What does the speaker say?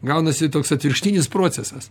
gaunasi toks atvirkštinis procesas